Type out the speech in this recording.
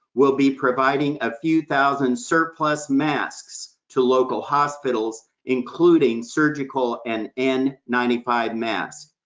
will be providing a few thousand surplus masks to local hospitals, including surgical and n ninety five masks.